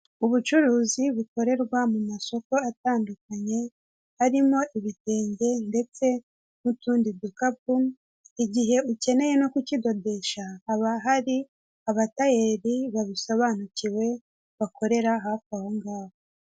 Ubucuruzi bukorerwa mu masoko atandukanye harimo ibitenge ndetse n'utundi dukapu, igihe ukeneye no kukidodesha haba hari abatayeri babisobanukiwe bakorera hafi ahongaho.